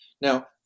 Now